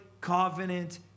covenant